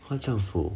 what 政府